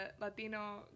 Latino